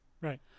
Right